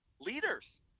leaders